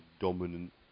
dominant